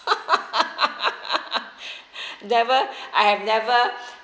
never I have never